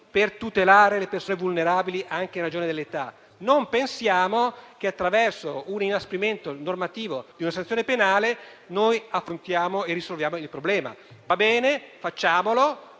per tutelare le persone vulnerabili anche in ragione dell'età. Non pensiamo che, attraverso un inasprimento normativo di una sanzione penale, affrontiamo e risolviamo il problema. Va bene, facciamolo,